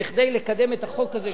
כדי לקדם את החוק הזה,